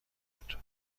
بود